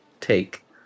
take